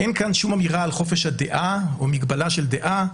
אין כאן שום אמירה על חופש הדעה או מגבלה של דעה.